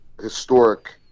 historic